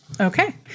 Okay